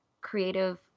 creative